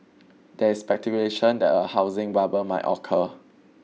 there is speculation that a housing bubble may occur